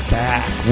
back